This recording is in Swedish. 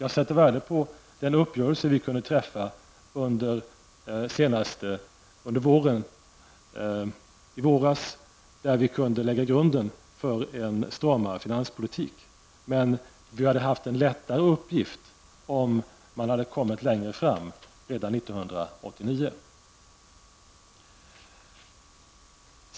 Jag sätter värde på den uppgörelse vi kunde träffa i våras, då vi lade grunden för en stramare finanspolitik. Men vi hade haft en lättare uppgift om det skett tidigare, redan 1989.